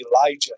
Elijah